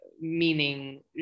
meaning